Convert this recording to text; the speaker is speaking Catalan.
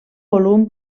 volum